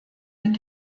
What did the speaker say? mit